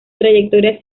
trayectoria